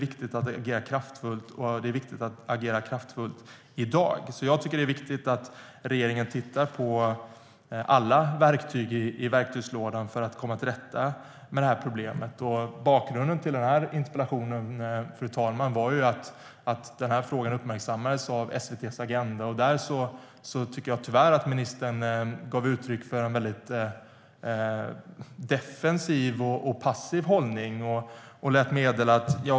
Det är alltså viktigt att agera kraftfullt i dag, och regeringen måste titta på alla verktyg i verktygslådan för att komma till rätta med problemet. Bakgrunden till den här interpellationen, fru talman, var att frågan uppmärksammades av SVT:s Agenda . Där tycker jag tyvärr att ministern gav uttryck för en defensiv och passiv hållning.